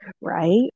right